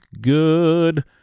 good